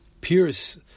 pierce